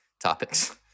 topics